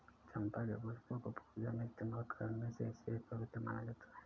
चंपा के पुष्पों को पूजा में इस्तेमाल करने से इसे पवित्र माना जाता